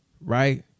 right